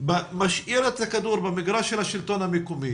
משאיר את הכדור במגרש של השלטון המקומי